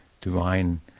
divine